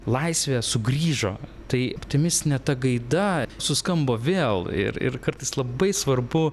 laisvė sugrįžo tai optimistinė ta gaida suskambo vėl ir ir kartais labai svarbu